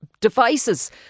devices